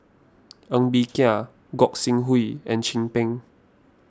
Ng Bee Kia Gog Sing Hooi and Chin Peng